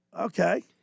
Okay